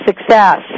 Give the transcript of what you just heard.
Success